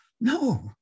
no